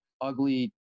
ugly